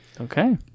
Okay